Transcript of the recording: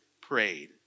prayed